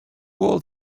old